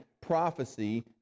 prophecy